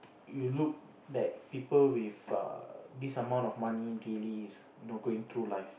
you look at people with err this amount of money daily is you know going through life